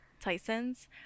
tyson's